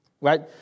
right